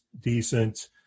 decent